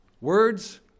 words